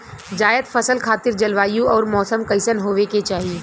जायद फसल खातिर जलवायु अउर मौसम कइसन होवे के चाही?